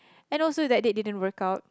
and also that date didn't work out